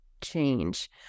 change